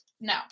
no